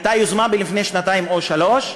הייתה יוזמה לפני שנתיים או שלוש שנים,